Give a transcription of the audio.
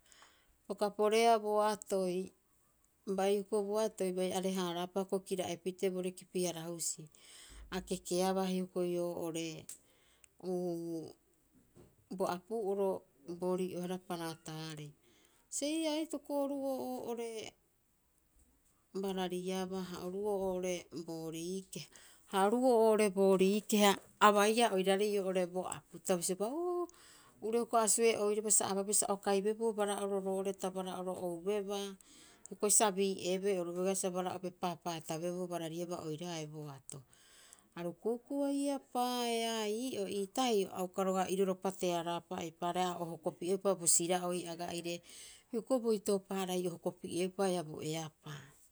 Peka poreea bo atoi. Bai hioko'i boatoi bai are- haaraapa hioko'i kira'epitee boorii kipi- harahusii. A kekeabaa hioko'i oo'ore uu, bo apu'oro boorii'oehara paraataarei. Ee aitoko oru'oo oo'ore barariabaa ha oru'oo oo'ore boorii keha. Ha oru'oo oo'ore boorii keha a baiia oiraarei oo'ore bo apu. Ta bisiobaa, Uuu, uriou hioko'i asu'ee oiraba sa ababee sa o kaibeboo bara'oro roo'ore ta bara'oro oubebaa, hioko'i sa bii'eebee oru begaa sa bara'obe paapaata beboo barariaba oiraae boato. Aru ku'uku'uai eapaaea. Ha ii'oo ii tahio a uka roga'a iroropa tearaapa, eipaareha a o hoko pi'eupa bo sira'oi aga'ire. Hioko'i bo itoopa- harai o hoko pi'eeupa haia bo eapaa.